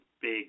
big